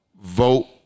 Vote